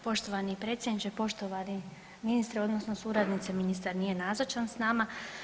Poštovani predsjedniče, poštovani ministrice odnosno suradnice, ministar nije nazočan s nama.